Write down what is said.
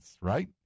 right